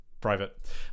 private